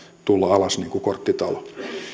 tulla alas niin kuin korttitalo